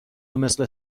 مثل